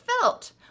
felt